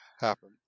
happen